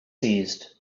seized